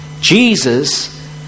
Jesus